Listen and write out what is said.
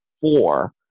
four